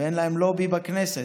ואין להם לובי בכנסת.